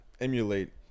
emulate